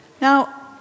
Now